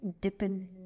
dipping